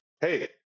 hey